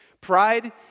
Pride